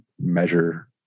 measure